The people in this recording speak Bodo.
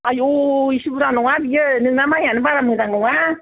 आयौ इसि बुरजा नङा बियो नोंना माइआनो बारा मोजां नङा